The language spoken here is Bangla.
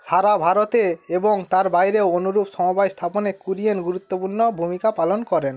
সারা ভারতে এবং তার বাইরেও অনুরূপ সমবায় স্থাপনে কুরিয়েন গুরুত্বপূর্ণ ভূমিকা পালন করেন